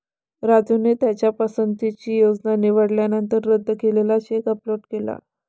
राजूने त्याच्या पसंतीची योजना निवडल्यानंतर रद्द केलेला चेक अपलोड केला